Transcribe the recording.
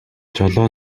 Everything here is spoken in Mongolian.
жолоо